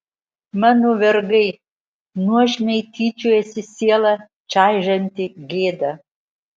mano vergai nuožmiai tyčiojasi sielą čaižanti gėda